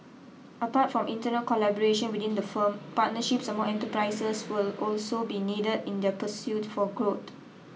apart from internal collaboration within the firm partnerships among enterprises will also be needed in their pursuit for growed